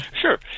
Sure